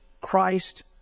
Christ